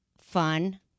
fun